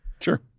Sure